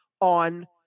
on